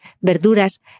verduras